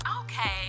Okay